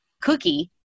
cookie